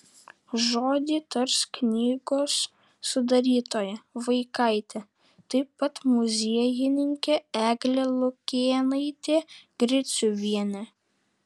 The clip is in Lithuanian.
žodį tars knygos sudarytoja vaikaitė taip pat muziejininkė eglė lukėnaitė griciuvienė